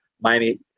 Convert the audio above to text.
Miami